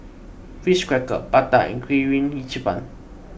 Ritz Crackers Bata and Kirin Ichiban